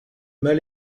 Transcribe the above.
mal